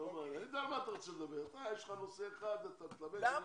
אצטרך ללכת לוועדה אחרת.